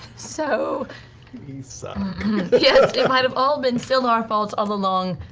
so so yeah it might've all been still our fault all along,